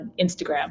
instagram